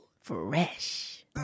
fresh